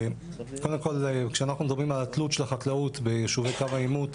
קודם כל כשאנחנו מדברים על התלות של החקלאות ביישובי קו העימות,